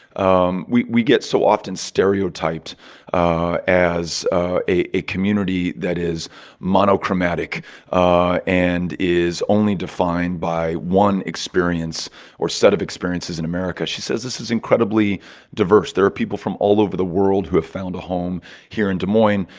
um we we get so often stereotyped ah as ah a a community that is monochromatic ah and is only defined by one experience or set of experiences in america. she says, this is incredibly diverse. there are people from all over the world who have found a home here in des moines,